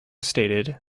stated